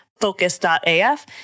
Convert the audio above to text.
Focus.af